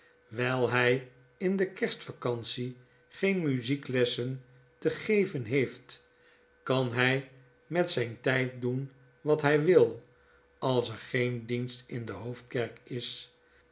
wyl hy in de kerstvacantie geen muzieklessen te geven heeft kan hy met zyn tyd doenwathij wil als er geen dienst in de hoofdkerk is